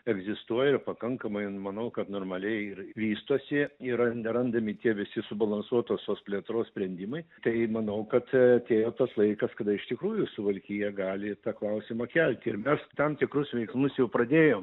egzistuoja ir pakankamai manau kad normaliai ir vystosi yra nerandami tie visi subalansuotosios plėtros sprendimai tai manau kad atėjo tas laikas kada iš tikrųjų suvalkija gali tą klausimą kelti ir mes tam tikrus veiksmus jau pradėjom